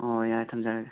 ꯑꯣ ꯌꯥꯔꯦ ꯊꯝꯖꯔꯒꯦ